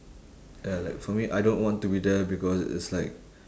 ya like for me I don't want to be there because it's like